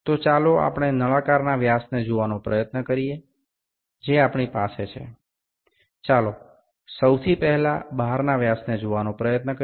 તો ચાલો આપણે નળાકારના વ્યાસને જોવાનો પ્રયત્ન કરીએ જે આપણી પાસે છે ચાલો સૌથી પહેલા બહારના વ્યાસને જોવાનો પ્રયત્ન કરીએ